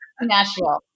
Nashville